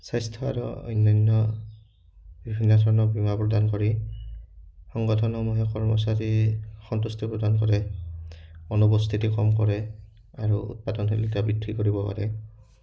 স্বাস্থ্য আৰু অন্যান্য বিভিন্ন ধৰণৰ বীমা প্ৰদান কৰি সংগঠনসমূহে কৰ্মচাৰী সন্তুষ্টি প্ৰদান কৰে অনুপস্থিতি কম কৰে আৰু উৎপাদনশীলতা বৃদ্ধি কৰিব পাৰে